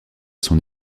son